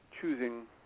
choosing